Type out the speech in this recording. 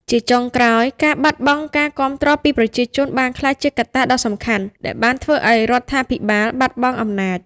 ជាចុងក្រោយ ការបាត់បង់ការគាំទ្រពីប្រជាជនបានក្លាយជាកត្តាដ៏សំខាន់ដែលបានធ្វើឲ្យរដ្ឋាភិបាលបាត់បង់អំណាច។